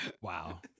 Wow